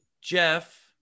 Jeff